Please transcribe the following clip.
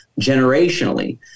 generationally